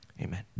Amen